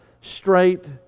straight